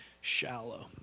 shallow